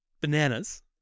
Bananas